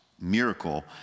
miracle